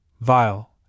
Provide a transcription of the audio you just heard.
vile